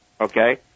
okay